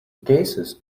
cases